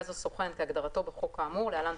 ספק גז או סוכן כהגדרתו בחוק האמור (להלן,